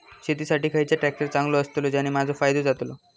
शेती साठी खयचो ट्रॅक्टर चांगलो अस्तलो ज्याने माजो फायदो जातलो?